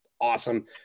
Awesome